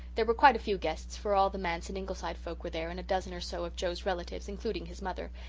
there were quite a few guests, for all the manse and ingleside folk were there, and a dozen or so of joe's relatives, including his mother,